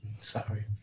Sorry